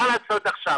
מה לעשות עכשיו?